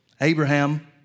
Abraham